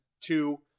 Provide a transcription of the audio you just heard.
two